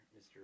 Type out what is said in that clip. Mr